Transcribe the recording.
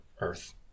Earth